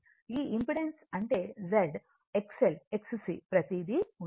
ఈ ఇంపెడెన్స్ అంటే Z XL XC ప్రతీది ఉంటుంది